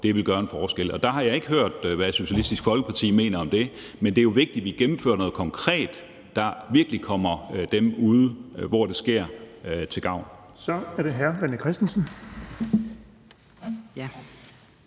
foreslår, gøre en forskel. Og jeg har ikke hørt, hvad Socialistisk Folkeparti mener om det, men det er jo vigtigt, at vi gennemfører noget konkret, der virkelig kommer dem derude, hvor det sker, til gavn. Kl. 14:40 Den fg. formand